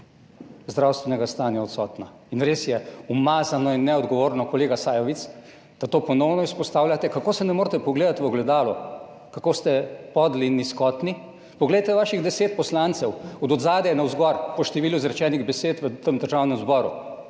zdravstvenega stanja odsotna in res je umazano in neodgovorno, kolega Sajovic, da to ponovno izpostavljate, kako se ne morete pogledati v ogledalo, kako ste podli in nizkotni. Poglejte vaših 10 poslancev od zadaj navzgor po številu izrečenih besed v tem Državnem zboru.